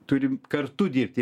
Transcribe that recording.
turim kartu dirbti